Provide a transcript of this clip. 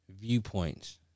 viewpoints